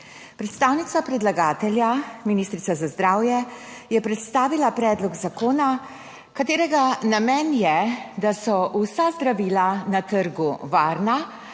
Predstavnica predlagatelja, ministrica za zdravje je predstavila predlog zakona, katerega namen je, da so vsa zdravila na trgu varna,